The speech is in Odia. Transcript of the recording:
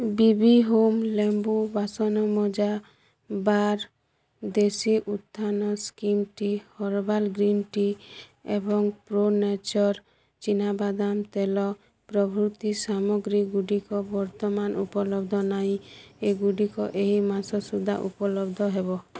ବି ବି ହୋମ୍ ଲେମ୍ବୁ ବାସନମଜା bar Deshi Utthan slim tea herbal green tea ଏବଂ ପ୍ରୋ ନେଚର୍ ଚୀନାବାଦାମ ତେଲ ପ୍ରଭୃତି ସାମଗ୍ରୀଗୁଡ଼ିକ ବର୍ତ୍ତମାନ ଉପଲବ୍ଧ ନାଇଁ ଏଗୁଡ଼ିକ ଏହି ମାସ ସୁଦ୍ଧା ଉପଲବ୍ଧ ହେବ